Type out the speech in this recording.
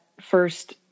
first